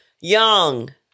Young